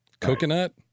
Coconut